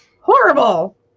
horrible